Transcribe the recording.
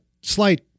slight